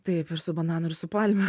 taip ir su bananų ir su palmių